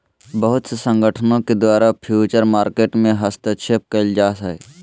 बहुत से संगठनों के द्वारा फ्यूचर मार्केट में हस्तक्षेप क़इल जा हइ